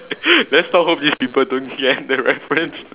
let's not hope these people don't get the reference